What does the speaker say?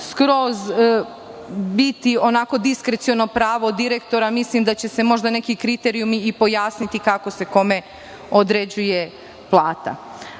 skroz biti diskreciono pravo direktora. Mislim da će se možda nekim kriterijumima i pojasniti kako se kome određuje plata. Ono